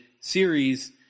series